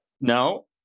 no